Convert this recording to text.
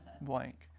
blank